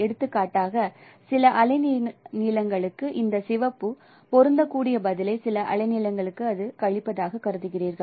எடுத்துக்காட்டாக சில அலைநீளங்களுக்கு இந்த சிவப்பு பொருந்தக்கூடிய பதிலை சில அலைநீளங்களுக்கு அது கழிப்பதாக கருதுகிறீர்கள்